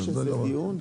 שיהיה בהצלחה.